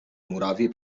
murawie